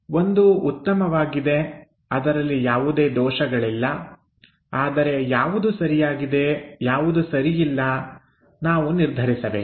ಒಂದು ಉತ್ತಮವಾಗಿದೆ ಅದರಲ್ಲಿ ಯಾವುದೇ ದೋಷಗಳಿಲ್ಲ ಆದರೆ ಯಾವುದು ಸರಿಯಾಗಿದೆ ಯಾವುದು ಸರಿ ಇಲ್ಲ ನಾವು ನಿರ್ಧರಿಸಬೇಕು